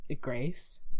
Grace